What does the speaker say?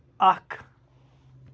اکھ